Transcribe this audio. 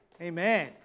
Amen